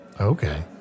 okay